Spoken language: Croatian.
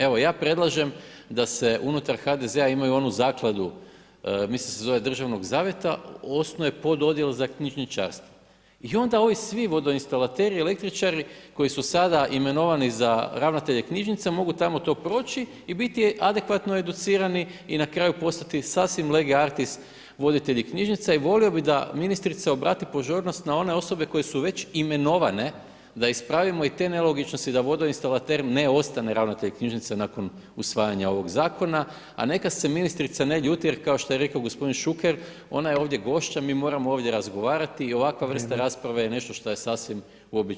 Evo ja predlažem da se unutar HDZ-a, imaju onu zakladu mislim da se zove Državnog zavjeta, osnuje pod odjel za knjižničarstvo i onda ovi svi vodoinstalateri, električari koji su sada imenovani za ravnatelje knjižnica, mogu tamo to proći i biti adekvatno educirani i na kraju postati sasvim lege artis voditelji knjižnica i volio bi da ministrica obrati pozornost na one osobe koje su već imenovane da ispravimo i te nelogičnosti, da vodoinstalater ne ostane ravnatelj knjižnica nakon usvajanja ovog zakona a neka se ministrica ne ljuti jer kao što je rekao gospodin Šuker, ona je ovdje gošća, mi moramo ovdje razgovarati i ovakva vrsta rasprave je nešto što je sasvim uobičajeno.